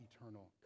eternal